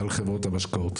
על חברות המשקאות.